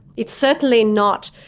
it's certainly not,